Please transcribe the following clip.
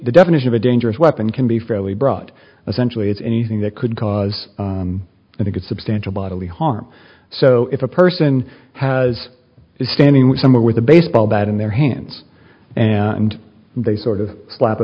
the definition of a dangerous weapon can be fairly broad essentially it's anything that could cause i think it substantial bodily harm so if a person has is standing with someone with a baseball bat in their hands and they sort of slap a